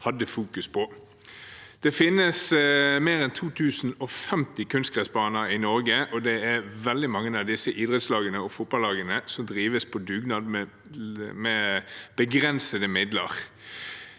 Det finnes mer enn 2 050 kunstgressbaner i Norge, og det er veldig mange av disse idrettslagene og fotballagene som drives på dugnad og med begrensede midler.